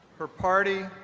her party,